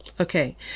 Okay